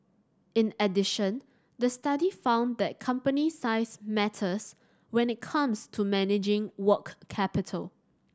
in addition the study found that company size matters when it comes to managing work capital